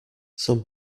some